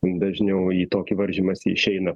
dažniau į tokį varžymąsi išeina